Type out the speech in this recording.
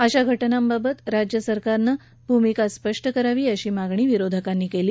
अशा घटनांबाबत राज्यसरकार भूमिका स्पष्ट करावी अशी मागणी विरोधकांनी केली